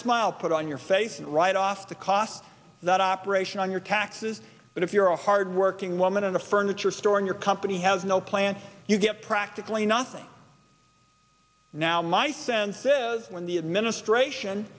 smile put on your face and write off the cost of that operation on your taxes but if you're a hard working woman in a furniture store your company has no plants you get practically nothing now my sense says when the administration